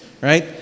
right